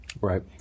Right